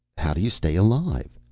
how do you stay alive?